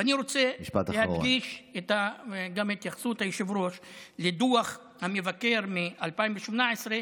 ואני רוצה להדגיש גם את התייחסות היושב-ראש לדוח המבקר מ-2018.